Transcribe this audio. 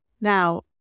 Now